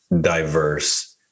diverse